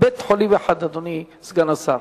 אין בית-חולים אחד, אדוני סגן השר.